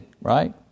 right